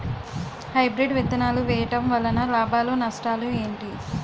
Hybrid విత్తనాలు వేయటం వలన లాభాలు నష్టాలు ఏంటి?